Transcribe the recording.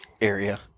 area